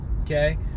Okay